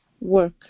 work